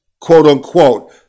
quote-unquote